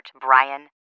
Brian